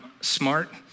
smart